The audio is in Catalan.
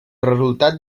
resultat